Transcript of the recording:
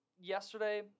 yesterday